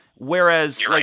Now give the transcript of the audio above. Whereas